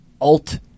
alt